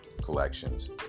collections